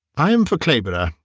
i am for clayborough,